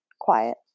quiet